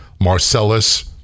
Marcellus